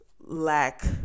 lack